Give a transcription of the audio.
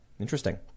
Interesting